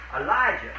Elijah